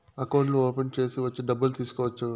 అకౌంట్లు ఓపెన్ చేసి వచ్చి డబ్బులు తీసుకోవచ్చు